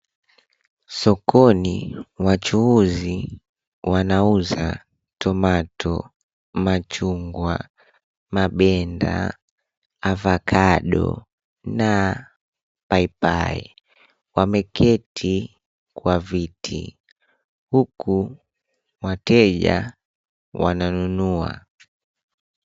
Sokoni wachuuzi wanauza tomato[ cs], machungwa, mabenda, avakado na paipai. Wameketi kwa viti huku wateja wananunua.